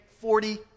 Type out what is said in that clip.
forty